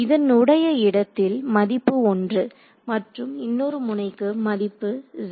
இதனுடைய இடத்தில் மதிப்பு 1 மற்றும் இன்னொரு முனைக்கு மதிப்பு 0